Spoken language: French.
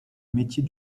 métier